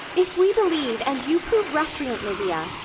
if we believe, and you prove recreant, livia,